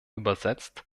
übersetzt